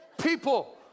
people